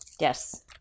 Yes